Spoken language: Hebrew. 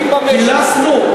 פילסנו?